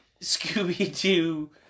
Scooby-Doo